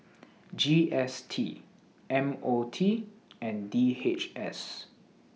G S T M O T and D H S